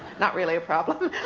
not really a problem.